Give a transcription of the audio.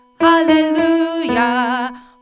hallelujah